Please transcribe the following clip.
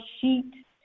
sheet